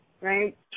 Right